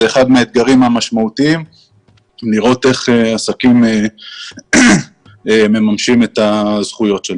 זה אחד האתגרים המשמעותיים לראות איך עסקים מממשים את הזכויות שלהם.